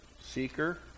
seeker